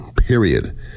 period